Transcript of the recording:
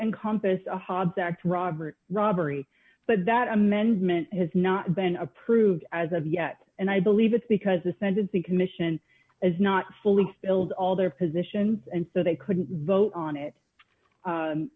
act robert robbery but that amendment has not been approved as of yet and i believe it's because the sentencing commission has not fulfilled all their positions and so they couldn't vote on it